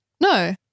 No